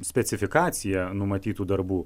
specifikacija numatytų darbų